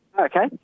Okay